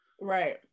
Right